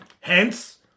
Hence